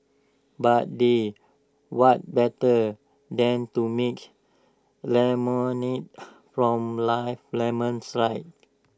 but they what better than to make lemonade from life's lemons right